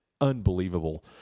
unbelievable